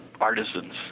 artisans